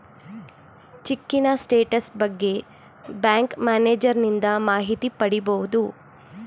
ಚಿಕ್ಕಿನ status ಬಗ್ಗೆ bank ಮ್ಯಾನೇಜರನಿಂದ ಮಾಹಿತಿ ಪಡಿಬೋದು